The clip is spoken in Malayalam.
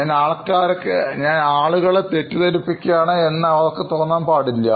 ഞാൻ ആൾക്കാരെ തെറ്റിദ്ധരിപ്പിക്കുകയാണ് എന്ന് അവർക്ക് തോന്നൽ പാടില്ല